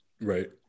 Right